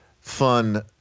fun